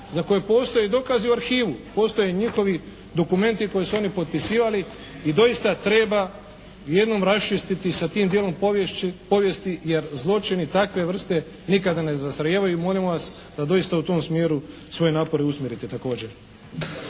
za koje postoje dokazi u arhivu. Postoje njihovi dokumenti koje su oni potpisivali i doista treba jednom raščistiti sa tim dijelom povijesti, jer zločini takve vrste nikada ne zastarijevaju. I molimo vas da doista u tom smjeru svoje napore usmjerite također.